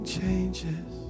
changes